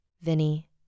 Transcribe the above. Vinny